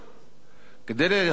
כדי להגן על העורף